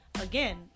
Again